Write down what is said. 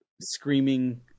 screaming